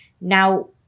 Now